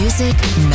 Music